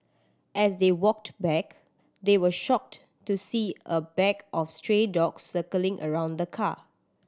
as they walked back they were shocked to see a bag of stray dogs circling around the car